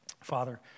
Father